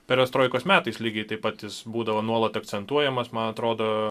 perestroikos metais lygiai taip pat jis būdavo nuolat akcentuojamas man atrodo